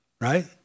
right